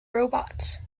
robots